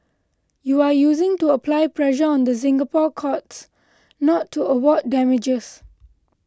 you are using to apply pressure on the Singapore courts not to award damages